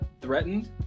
threatened